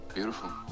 Beautiful